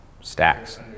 stacks